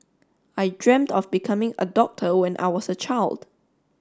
I dreamed of becoming a doctor when I was a child